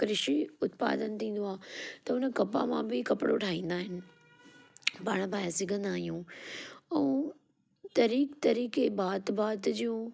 कृषी उत्पादन थींदो आहे त उन कपा मां बि कपिड़ो ठाहींदा आहिनि पाण पाए सघंदा आहियूं ऐं तरीक़े तरीक़े भांति भांति जूं